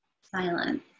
silence